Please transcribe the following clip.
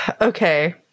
Okay